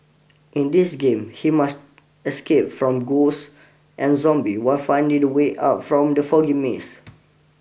in this game he must escape from ghosts and zombie while finding the way out from the foggy maze